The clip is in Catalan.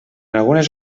algunes